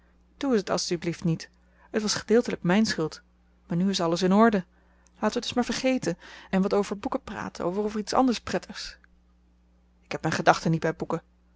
als t u belieft niet het was gedeeltelijk mijn schuld maar nu is alles in orde laten we t dus maar vergeten en wat over boeken praten of over iets anders prettigs k heb mijn gedachten niet bij boeken